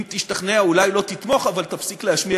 אם תשתכנע אולי לא תתמוך אבל תפסיק להשמיע